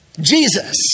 Jesus